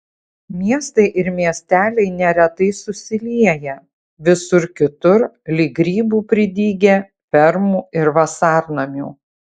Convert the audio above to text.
miestai ir miesteliai neretai susilieję visur kitur lyg grybų pridygę fermų ir vasarnamių